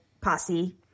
posse